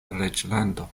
reĝlando